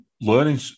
learning